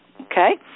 Okay